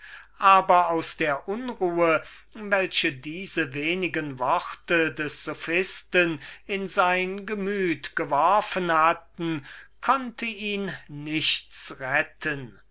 aber aus der unruhe welche diese wenige worte des sophisten in sein gemüt geworfen hatten konnte ihn nichts retten